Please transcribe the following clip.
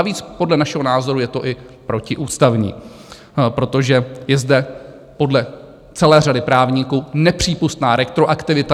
A navíc podle našeho názoru je to i protiústavní, protože je zde podle celé řady právníků nepřípustná retroaktivita.